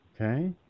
Okay